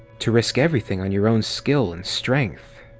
to risk everything on your own skill and strength.